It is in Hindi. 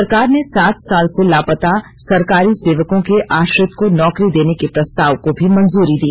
सरकार ने सात साल से लापता सरकारी सेवकों के आश्रित को नौकरी देने के प्रस्ताव को भी मंजूरी दी